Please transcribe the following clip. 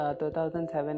2007